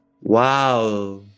Wow